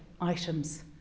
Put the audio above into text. items